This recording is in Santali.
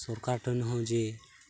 ᱥᱚᱨᱠᱟᱨ ᱴᱷᱮᱱᱦᱚᱸ ᱡᱮ